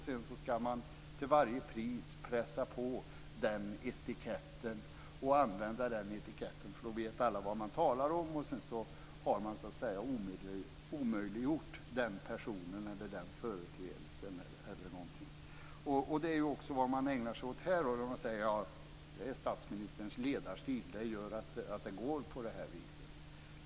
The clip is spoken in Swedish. Sedan ska man till varje pris pressa på den etiketten och använda den, eftersom alla då vet vad man talar om, och så har man omöjliggjort den personen, den företeelsen eller någonting. Det är också vad man ägnar sig åt här. Man säger att det är statsministerns ledarstil som gör att det går på det här viset.